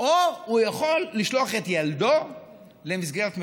או הוא יכול לשלוח את ילדו למסגרת משלבת.